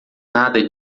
nada